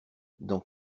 dans